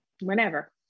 whenever